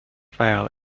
fail